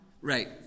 right